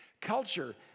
Culture